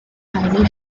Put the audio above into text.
highly